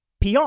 PR